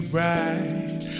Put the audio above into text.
right